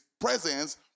presence